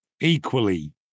equally